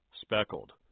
speckled